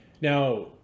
Now